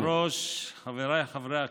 אדוני היושב-ראש, חבריי חברי הכנסת,